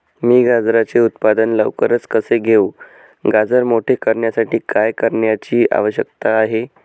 मी गाजराचे उत्पादन लवकर कसे घेऊ? गाजर मोठे करण्यासाठी काय करण्याची आवश्यकता आहे?